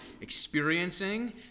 experiencing